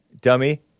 dummy